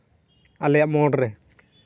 ᱟᱞᱮᱭᱟᱜ ᱢᱳᱲ ᱨᱮ